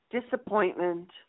disappointment